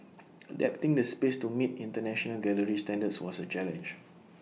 adapting the space to meet International gallery standards was A challenge